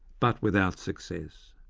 but without success.